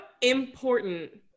important